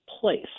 place